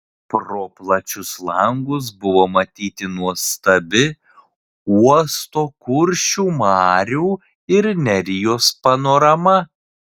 pro plačius langus buvo matyti nuostabi uosto kuršių marių ir nerijos panorama